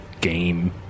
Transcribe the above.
game